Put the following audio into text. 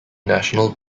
national